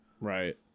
Right